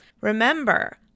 Remember